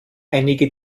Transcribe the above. einige